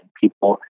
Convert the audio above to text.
people